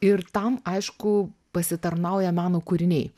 ir tam aišku pasitarnauja meno kūriniai